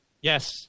Yes